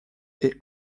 est